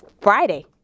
Friday